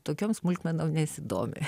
tokiom smulkmenom nesidomi